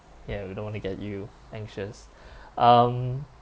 ya we don't want to get you anxious um